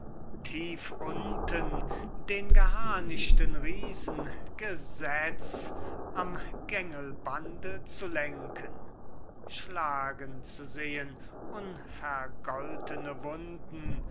tief unten den geharnischten riesen gesetz am gängelbande zu lenken schlagen zu sehen unvergoltene wunden